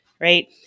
right